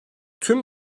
tüm